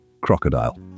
Crocodile